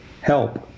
help